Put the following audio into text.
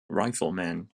riflemen